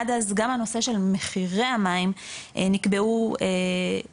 עד אז גם הנושא של מחירי המים נקבעו באופן